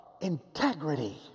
integrity